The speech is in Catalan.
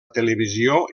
televisió